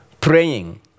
praying